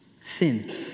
Sin